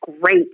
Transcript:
great